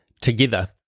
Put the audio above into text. together